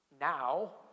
now